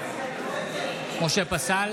משה פסל,